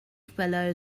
fellow